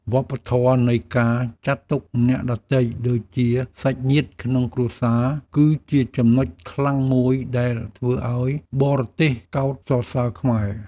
វប្បធម៌នៃការចាត់ទុកអ្នកដទៃដូចជាសាច់ញាតិក្នុងគ្រួសារ គឺជាចំណុចខ្លាំងមួយដែលធ្វើឱ្យបរទេសកោតសរសើរខ្មែរ។